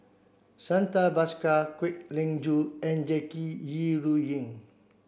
Santha Bhaskar Kwek Leng Joo and Jackie Yi Ru Ying